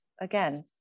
again